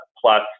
plus